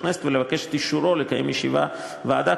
הכנסת ולבקש את אישורו לקיים ישיבת ועדה,